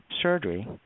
surgery